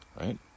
Right